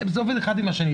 זה עובד אחד עם השני.